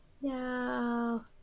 No